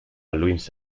louis